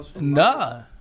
nah